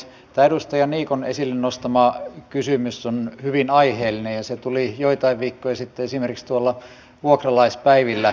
tämä edustaja niikon esille nostama kysymys on hyvin aiheellinen ja se tuli joitain viikkoja sitten esimerkiksi tuolla vuokralaispäivillä esille